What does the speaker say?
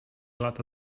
lata